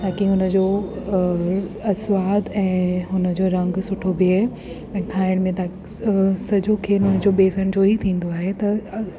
ताकी हुन जो सवाद ऐं हुन जो रंगु सुठो बिहे ऐं खाइण में त सॼो खेल हुन जो बेसण जो ई थींदो आहे त